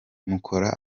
mukora